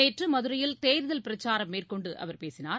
நேற்றுமதுரையில் தேர்தல் பிரச்சாரம் மேற்கொண்டுஅவர் பேசினார்